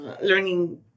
learning